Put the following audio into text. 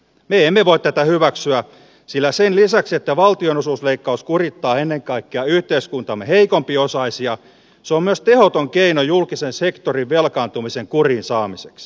me emme voi tätä hyväksyä sillä sen lisäksi että valtionosuusleikkaus kurittaa ennen kaikkea yhteiskuntamme heikompiosaisia se on myös tehoton keino julkisen sektorin velkaantumisen kuriin saamiseksi